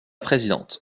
présidente